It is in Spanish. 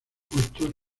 gustos